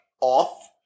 off